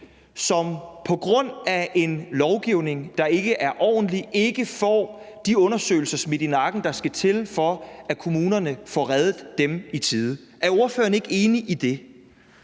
som på grund af en lovgivning, der ikke er ordentlig, ikke får de undersøgelser smidt i nakken, som der skal til, for at kommunerne får reddet dem i tide? Er ordføreren ikke enig i det?